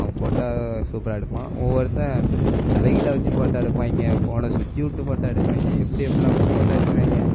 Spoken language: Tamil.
அவன் ஃபோட்டோ சூப்பராக எடுப்பான் ஒவ்வொருத்தன் தலைகீழா வச்சு ஃபோட்டோ எடுப்பாய்ங்க போனை சுத்திவிட்டு ஃபோட்டோ எடுப்பாங்க எப்படி எப்படிலாமோ ஃபோட்டோ எடுக்கிறாய்ங்க